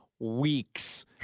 weeks